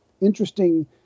interesting